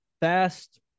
fast